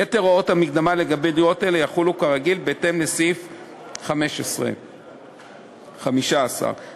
יתר הוראות המקדמה לגבי דירות אלה יחולו כרגיל בהתאם לסעיף 15. בנוסף,